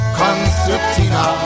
concertina